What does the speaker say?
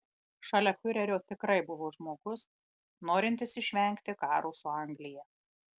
šalia fiurerio tikrai buvo žmogus norintis išvengti karo su anglija